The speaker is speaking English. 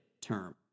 term